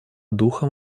духом